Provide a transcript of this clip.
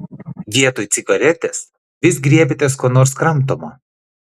vietoj cigaretės vis griebiatės ko nors kramtomo